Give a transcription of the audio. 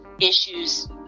issues